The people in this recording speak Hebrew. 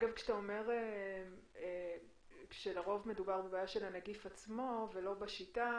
כשאתה אומר שלרוב מדובר בבעיה של הנגיף עצמו ולא בשיטה,